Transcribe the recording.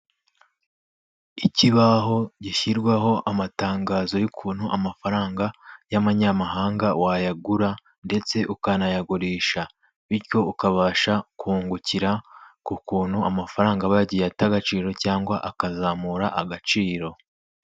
Ikibaho gishyirwaho amatangazo y'ukuntu amafaranga y'manyamahanga wayagura ndetse ukanayagurisha bityo ukabasha kungukira ku kuntu amafaranga aba yagiye ata agaciro cyangwa akazamura agaciro.